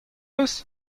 eus